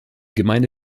gemeinde